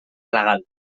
legal